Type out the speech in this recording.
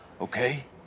Okay